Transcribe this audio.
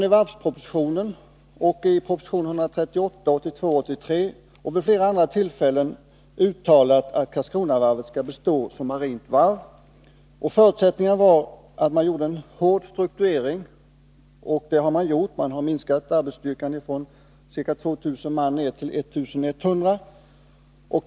I varvspropositionen samt i proposition 1982/83:138 och i flera andra sammanhang har det uttalats, att Karlskronavarvet skall bestå som marint varv. Den första förutsättningen var att man gjorde en hård strukturering, och det har man gjort. Man har minskat arbetsstyrkan från ca 2 000 man till 1100 man.